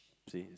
see